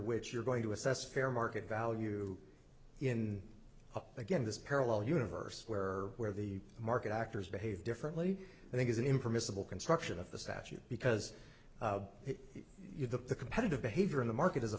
which you're going to assess fair market value in again this parallel universe where where the market actors behave differently i think is an impermissible construction of the statue because you the competitive behavior in the market is a